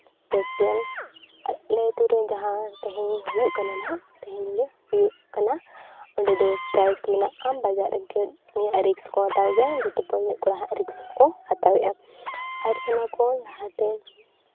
ᱵᱮᱥ ᱜᱮᱢ ᱟᱨ ᱟᱞᱮ ᱟᱛᱳ ᱨᱮ ᱡᱟᱦᱟᱸ ᱛᱮᱦᱤᱧ ᱦᱩᱭᱩᱜ ᱠᱟᱱᱟ ᱦᱟᱸᱜ ᱛᱮᱦᱤᱧ ᱜᱮ ᱦᱩᱭᱩᱜ ᱠᱟᱱᱟ ᱚᱸᱰᱮ ᱫᱚ ᱯᱨᱟᱭᱤᱡᱽ ᱢᱮᱱᱟᱜᱼᱟ ᱵᱟᱡᱟᱨ ᱨᱮ ᱨᱤᱠᱥ ᱠᱚ ᱦᱟᱛᱟᱣ ᱜᱮᱭᱟ ᱡᱚᱛᱚ ᱵᱚᱞ ᱮᱱᱮᱡ ᱠᱚᱲᱟ ᱟᱜ ᱨᱤᱠᱥ ᱠᱚᱠᱚ ᱦᱟᱛᱟᱣᱮᱜᱼᱟ ᱟᱨ ᱚᱱᱟᱠᱚ ᱞᱟᱦᱟᱛᱮ